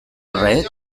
horrek